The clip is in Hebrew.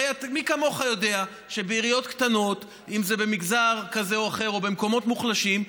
הרי מי כמוך יודע שבעיריות קטנות במגזר כזה או אחר או במקומות מוחלשים,